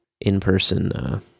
in-person